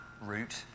route